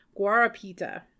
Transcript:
Guarapita